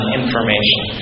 information